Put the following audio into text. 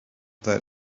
that